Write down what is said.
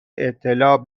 اطلاع